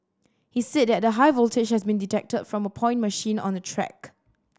he said that the high voltage had been detected from a point machine on the track